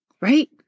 Right